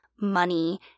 money